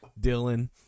Dylan